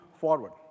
forward